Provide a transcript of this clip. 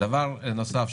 הנושא של